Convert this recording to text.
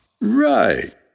Right